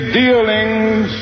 dealings